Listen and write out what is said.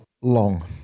long